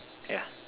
yeah